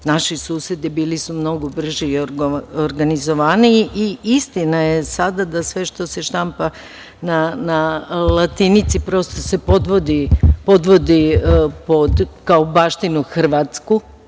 Naši susedi bili su mnogo brži i organizovaniji i istina je sada da sve što se štampa na latinici, prosto, se podvodi pod baštinu hrvatsku,